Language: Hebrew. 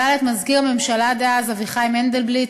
כלל את מזכיר הממשלה דאז אביחי מנדלבליט,